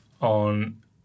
on